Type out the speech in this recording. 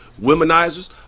Womenizers